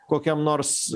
kokiam nors